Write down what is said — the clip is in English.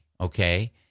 okay